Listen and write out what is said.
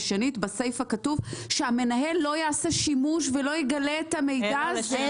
ושנית בסיפא כתוב שהמנהל לא יעשה שימוש ולא יגלה את המידע הזה.